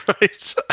right